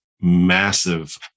massive